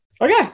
Okay